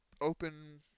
open